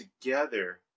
together